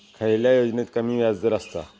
खयल्या योजनेत कमी व्याजदर असता?